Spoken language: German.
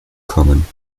kommen